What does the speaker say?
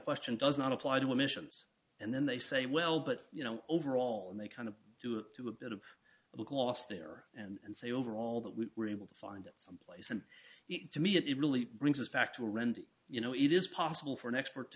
question does not apply to emissions and then they say well but you know overall and they kind of do it to a bit of little gloss there and say overall that we were able to find it someplace and to me it really brings us back to rend you know it is possible for an expert